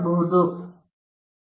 ಈಗ ಹೆಚ್ಚು ಯೋಚನೆಯಿಲ್ಲ